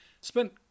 spent